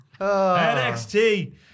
NXT